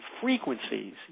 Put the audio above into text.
frequencies